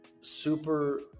super